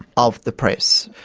of the press.